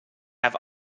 have